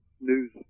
news